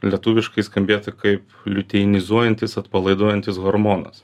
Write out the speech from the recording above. lietuviškai skambėtų kaip liuteinizuojantis atpalaiduojantis hormonas